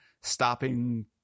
stopping